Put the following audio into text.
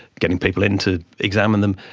getting people in to examine them,